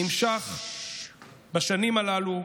נמשך בשנים הללו,